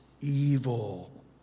evil